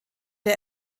der